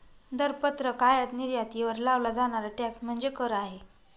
दरपत्रक आयात निर्यातीवर लावला जाणारा टॅक्स म्हणजे कर आहे